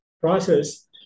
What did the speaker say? process